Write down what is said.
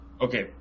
Okay